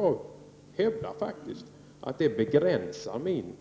Jag hävdar faktiskt att det begränsar min